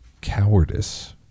cowardice